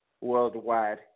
Worldwide